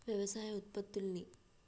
వ్యవసాయ ఉత్పత్తుల్ని